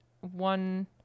one